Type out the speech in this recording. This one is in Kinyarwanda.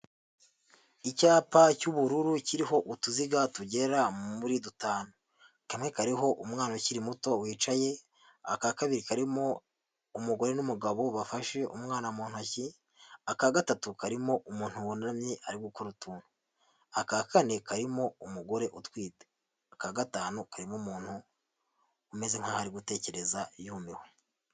Icyapa cy'ubururu kiriho utuziga tugera muri dutanu, kamwe kariho umwana ukiri muto wicaye, aka kabiri karimo umugore n'umugabo bafashe umwana mu ntoki, aka gatatu karimo umuntu wunamye ari gukora utuntu, aka kane karimo umugore utwite, aka gatanu karimo umuntu umeze nk'aho ari gutekereza yumiwe.